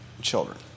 children